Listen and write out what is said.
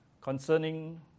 concerning